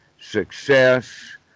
success